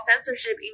censorship